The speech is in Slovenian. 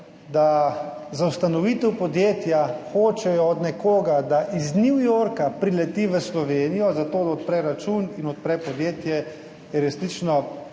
da za ustanovitev podjetja hočejo od nekoga, da iz New Yorka prileti v Slovenijo zato, da odpre račun in odpre podjetje, je resnično